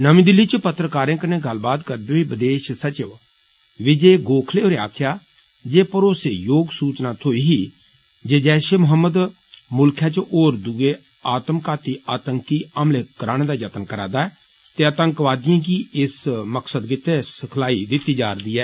नमीं दिल्ली च पत्रकारें कन्नै गल्लबात करदे होई विदेष सचिव विजय गोखले होरें आक्खेआ जे भरोसेयोग सूचना थोई ही जे जैष ए मोहम्मद मुल्खै च होर दुए आत्मघाती आतंकी हमले कराने दा यतन करै दा ऐ ते आतंकवादिएं गी इस मकसद गिते सिखलाई दिती जारी ऐ